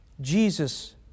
Jesus